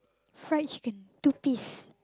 fried chicken two piece